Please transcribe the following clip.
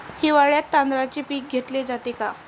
हिवाळ्यात तांदळाचे पीक घेतले जाते का?